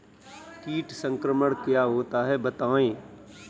कीट संक्रमण क्या होता है बताएँ?